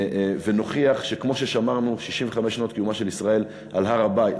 ונוכיח שכמו ששמרנו ב-65 שנות קיומה של ישראל על הר-הבית,